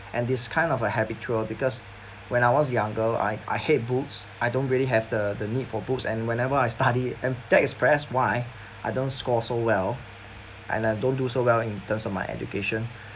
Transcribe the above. and this kind of a habitual because when I was younger I I hate books I don't really have the the need for books and whenever I study and that explains why I don't score so well and I don't do so well in terms of my education